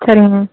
சரிங்க மேம்